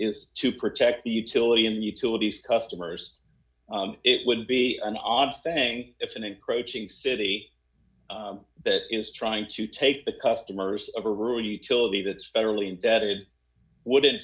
is to protect the utility and utilities customers it would be an odd thing if an encroaching city that is trying to take the customers of a rule utility that's federally indebted would